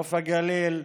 בנוף הגליל,